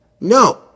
No